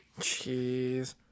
Jeez